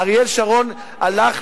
משפחות שכולות?